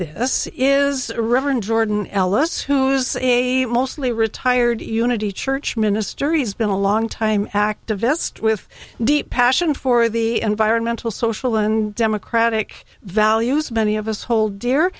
this is reverend jordan ellis who's a mostly retired unity church minister he's been a long time activist with deep passion for the environmentalists social and democratic values many of us hold dear